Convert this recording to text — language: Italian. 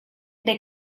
dei